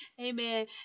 Amen